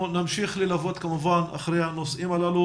אנחנו כמובן נמשיך ללוות את הנושאים הללו.